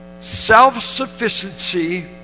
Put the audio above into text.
Self-sufficiency